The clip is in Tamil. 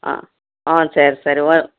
ஆ ஆ சரி சரி ஓ